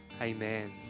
amen